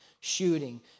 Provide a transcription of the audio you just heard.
shooting